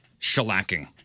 shellacking